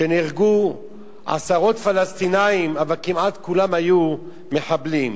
ונהרגו עשרות פלסטינים, אבל כמעט כולם היו מחבלים.